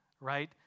right